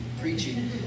preaching